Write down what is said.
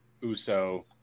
Uso